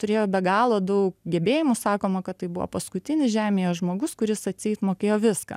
turėjo be galo daug gebėjimų sakoma kad tai buvo paskutinis žemėje žmogus kuris atseit mokėjo viską